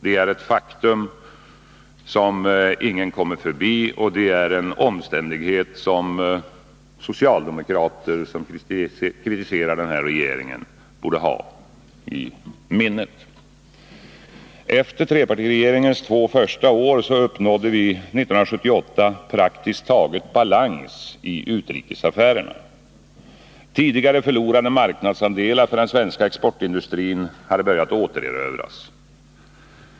Det är ett faktum som ingen kommer förbi, och det är en omständighet som socialdemokrater som kritiserar regeringen borde ha i minne. Efter trepartiregeringens två första år uppnådde vi 1978 praktiskt taget balans i utrikesaffärerna. Tidigare förlorade marknadsandelar för den svenska exportindustrin hade börjat återerövras.